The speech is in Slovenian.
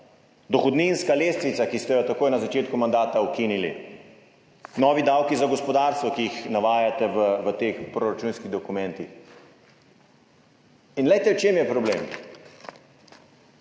Dohodninska lestvica, ki ste jo takoj na začetku mandata ukinili. Novi davki za gospodarstvo, ki jih navajate v teh proračunskih dokumentih. In glejte, v čem je problem,